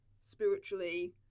spiritually